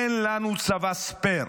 אין לנו צבא ספייר,